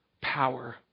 power